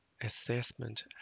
assessment